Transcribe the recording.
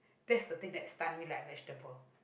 that's the thing like stunt me like vegetable